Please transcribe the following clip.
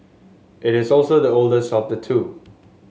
it is also the oldest of the two